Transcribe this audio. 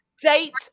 Date